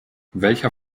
welcher